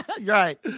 Right